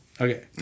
Okay